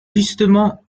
justement